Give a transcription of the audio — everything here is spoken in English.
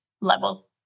level